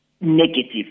negative